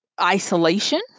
isolation